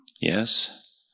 Yes